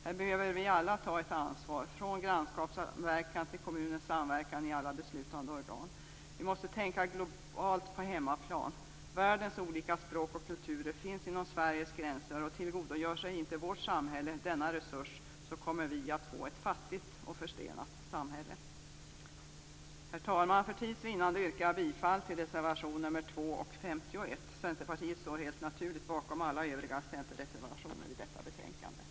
Här behöver vi alla ta ett ansvar, från grannskapssamverkan till kommunens samverkan i alla beslutande organ. Vi måste tänka globalt på hemmaplan. Världens olika språk och kulturer finns inom Sveriges gränser. Om vårt samhälle inte tillgodogör sig denna resurs, kommer vi att få ett fattigt och förstenat samhälle. Herr talman! För tids vinnande yrkar jag bifall till reservationerna nr 2 och 51. Centerpartiet står helt naturligt bakom alla övriga centerreservationer i detta betänkande.